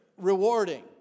rewarding